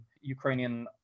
Ukrainian